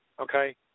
okay